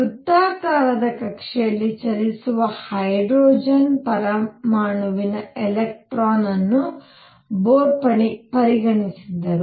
ವೃತ್ತಾಕಾರದ ಕಕ್ಷೆಯಲ್ಲಿ ಚಲಿಸುವ ಹೈಡ್ರೋಜನ್ ಪರಮಾಣುವಿನಲ್ಲಿ ಎಲೆಕ್ಟ್ರಾನ್ ಅನ್ನು ಬೋರ್ ಪರಿಗಣಿಸಿದ್ದರು